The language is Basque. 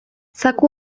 zaku